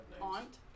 Aunt